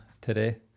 today